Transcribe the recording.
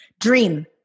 Dream